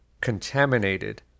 contaminated